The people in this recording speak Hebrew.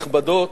נכבדות,